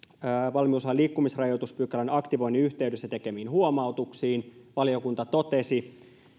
valmiuslain liikkumisrajoituspykälän aktivoinnin yhteydessä tekemiin huomautuksiin valiokunta totesi